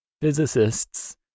physicists